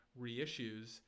reissues